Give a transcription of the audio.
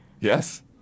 Yes